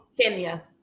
Kenya